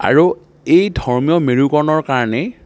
আৰু এই ধৰ্মীয় মেৰুকৰণৰ কাৰণেই